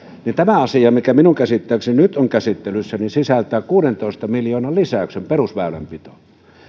tehdään tämä asia mikä minun käsittääkseni nyt on käsittelyssä sisältää kuudentoista miljoonan lisäyksen perusväylänpitoon